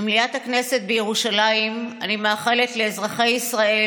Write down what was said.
ממליאת הכנסת בירושלים אני מאחלת לאזרחי ישראל